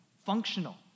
functional